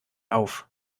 auf